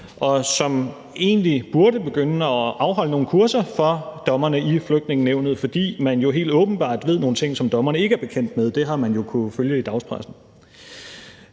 og som egentlig burde begynde at afholde nogle kurser for dommerne i Flygtningenævnet, fordi man jo helt åbenbart ved nogle ting, som dommerne ikke er bekendt med. Det har man jo kunnet følge i dagspressen.